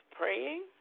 praying